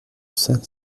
saint